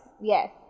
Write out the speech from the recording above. Yes